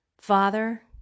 Father